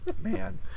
Man